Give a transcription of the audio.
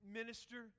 minister